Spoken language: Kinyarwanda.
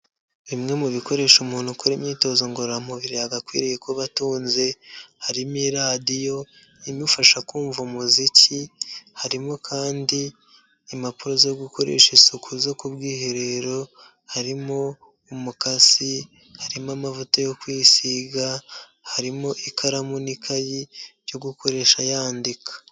Bimwe mu bikoresho umuntu ukora imyitozo ngororamubiri yagakwiriye kuba atunze, harimo radiyo imufasha kumva umuziki, harimo kandi impapuro zo gukoresha isuku zo ku bwiherero, harimo umukasi, harimo amavuta yo kwisiga, harimo ikaramu n'ikayi byo gukoresha yandika.